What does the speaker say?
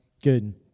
Good